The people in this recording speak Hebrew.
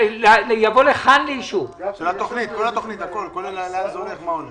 כל התוכנית תבוא לכאן לאישור.